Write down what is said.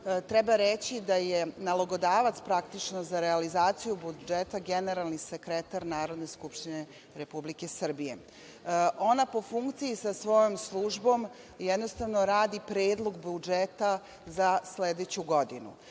Treba reći da je nalogodavac praktično za realizaciju budžeta generalni sekretar Narodne skupštine Republike Srbije. Ona, po funkciji, sa svojom službom, jednostavno radi predlog budžeta za sledeću godinu.